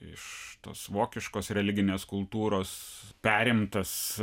iš tos vokiškos religinės kultūros perimtas